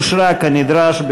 אושרה כנדרש,